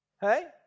Hey